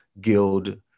Guild